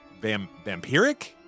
vampiric